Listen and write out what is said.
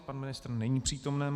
Pan ministr není přítomen.